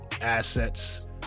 assets